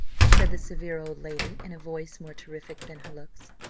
said the severe old lady, in a voice more terrific than her looks.